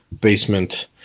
Basement